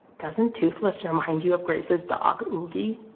doesn't toothless remind you of grace's dog, oogie?